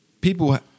People